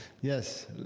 Yes